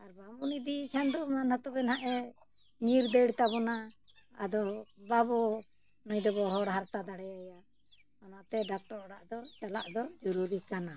ᱟᱨ ᱵᱟᱵᱚᱱ ᱤᱫᱤᱭᱮ ᱠᱷᱟᱱ ᱫᱚ ᱢᱟ ᱛᱚᱵᱮ ᱱᱟᱜ ᱮ ᱧᱤᱨ ᱫᱟᱹᱲ ᱛᱟᱵᱚᱱᱟ ᱟᱫᱚ ᱵᱟᱵᱚᱱ ᱱᱩᱭ ᱫᱚᱵᱚᱱ ᱦᱚᱲ ᱦᱟᱨᱛᱟ ᱫᱟᱲᱮᱟᱭᱟᱭᱟ ᱚᱱᱟᱛᱮ ᱰᱟᱠᱛᱚᱨ ᱚᱲᱟᱜ ᱫᱚ ᱪᱟᱞᱟᱜ ᱫᱚ ᱡᱚᱨᱩᱨᱤ ᱠᱟᱱᱟ